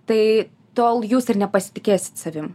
tai tol jūs ir nepasitikėsit savim